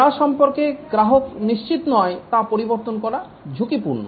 যা সম্পর্কে গ্রাহক নিশ্চিত নয় তা পরিবর্তন করা ঝুঁকিপূর্ণ